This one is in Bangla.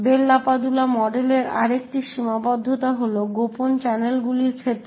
বেল লাপাডুলা মডেলের আরেকটি সীমাবদ্ধতা হল গোপন চ্যানেলগুলির ক্ষেত্রে